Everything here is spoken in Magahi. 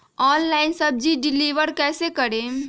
ऑनलाइन सब्जी डिलीवर कैसे करें?